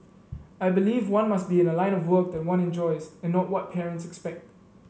I believe one must be in a line of work that one enjoys and not what parents expect